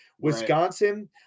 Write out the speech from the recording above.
Wisconsin